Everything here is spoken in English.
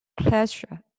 Pleasure